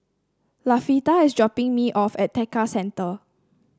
Latifah is dropping me off at Tekka Centre